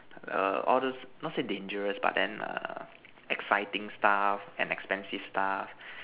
err all those not say dangerous but then exciting stuff and expensive stuff